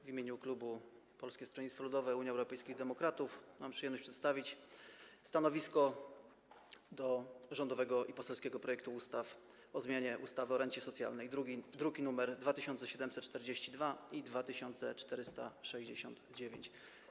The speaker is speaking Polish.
W imieniu klubu Polskiego Stronnictwa Ludowego - Unii Europejskich Demokratów mam przyjemność przedstawić stanowisko wobec rządowego i poselskiego projektów ustaw o zmianie ustawy o rencie socjalnej, druki nr 2472 i 2469.